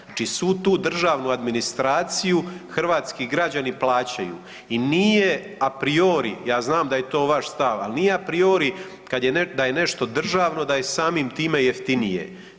Znači svu tu državnu administraciju, hrvatski građani plaćaju i nije a priori, ja znam da je to vaš stav, ali nije a priori da je nešto državno, da je i samim time i jeftinije.